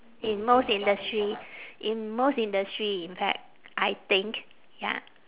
in most industry in most industry in fact I think ya